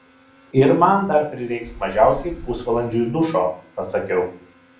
ir man dar prireiks mažiausiai pusvalandžiui dušo pasakiau